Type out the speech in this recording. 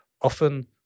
often